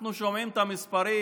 אנחנו שומעים את המספרים,